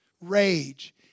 rage